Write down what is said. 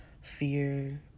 fear